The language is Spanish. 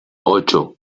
ocho